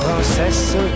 princesse